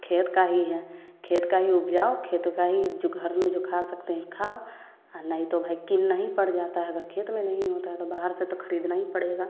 खेत का ही हैं खेत का ही उपजाओ खेत का ही जो घर में जो खा सकते हैं खाओ नहीं तो भाई कील नहीं पड़ जाता हैं अगर खेत में नहीं होता हैं तो बाहर से तो खरीदना ही पड़ेगा